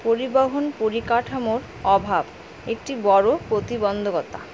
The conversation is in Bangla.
পরিবহন পরিকাঠামোর অভাব একটি বড় প্রতিবন্ধকতা